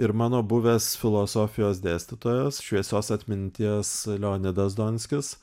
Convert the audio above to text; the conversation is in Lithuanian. ir mano buvęs filosofijos dėstytojas šviesios atminties leonidas donskis